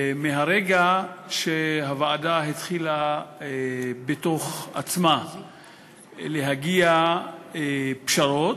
מהרגע שהוועדה התחילה בתוך עצמה להגיע לפשרות,